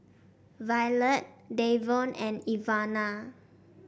Violette Davon and Ivana